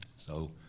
so,